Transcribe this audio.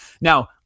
Now